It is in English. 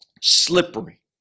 slippery